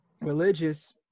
religious